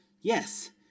yes